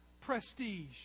prestige